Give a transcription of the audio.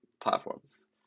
platforms